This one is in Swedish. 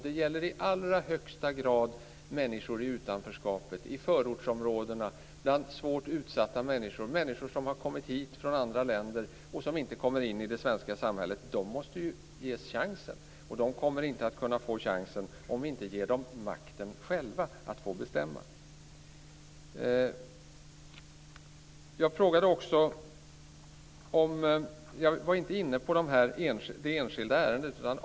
Det gäller i allra högsta grad människor i utanförskap, i förortsområdena. Det gäller bland svårt utsatta människor, människor som har kommit hit från andra länder och som inte kommer in i det svenska samhället. De måste ju ges chansen. De kommer inte att kunna få chansen om vi inte ger dem makten att själva få bestämma. Jag var inte inne på enskilda ärenden.